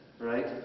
Right